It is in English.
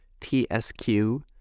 TSQ